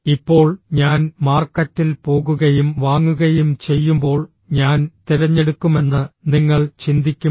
ഇപ്പോൾ ഞാൻ മാർക്കറ്റിൽ പോകുകയും വാങ്ങുകയും ചെയ്യുമ്പോൾ ഞാൻ തിരഞ്ഞെടുക്കുമെന്ന് നിങ്ങൾ ചിന്തിക്കും